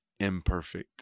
imperfect